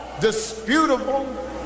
disputable